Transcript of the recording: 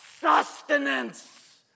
sustenance